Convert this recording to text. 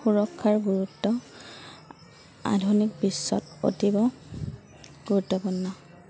সুৰক্ষাৰ গুৰুত্ব আধুনিক বিশ্বত অতিৱ গুৰুত্বপূৰ্ণ